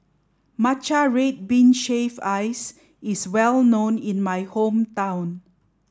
Matcha Red Bean Shaved Ice is well known in my hometown